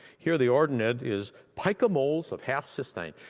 here the ordinate is picomoles of half cystine.